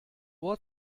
ohr